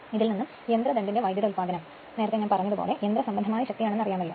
ഇതിൽ നിന്നും യന്ത്രദണ്ഡിന്റെ വൈദ്യുത ഉത്പാദനം ഞാൻ പറഞ്ഞത് പോലെ യന്ത്രസംബദ്ധമായ ശക്തി ആണെന്ന് അറിയാമലോ